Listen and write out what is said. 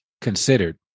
considered